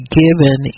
given